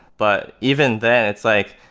but even then it's like,